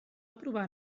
aprovar